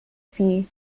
fee